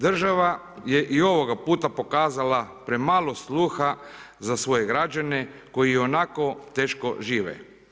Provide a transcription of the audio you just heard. Država je i ovoga puta pokazala premalo sluha za svoje građane koji i onako teško žive.